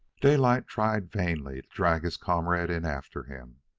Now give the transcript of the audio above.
daylight tried vainly to drag his comrade in after him.